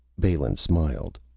balin smiled.